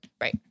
Right